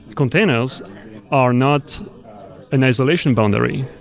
containers are not an isolation boundary.